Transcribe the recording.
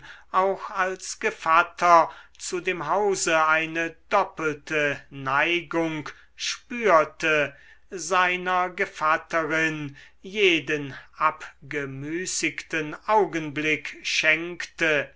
auch als gevatter zu dem hause eine doppelte neigung spürte seiner gevatterin jeden abgemüßigten augenblick schenkte